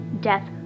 Death